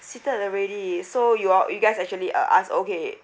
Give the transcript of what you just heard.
seated already so you all you guys actually uh ask okay